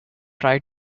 try